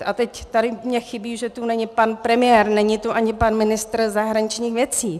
A teď tady mně chybí, že tu není pan premiér, není tu ani pan ministr zahraničních věcí.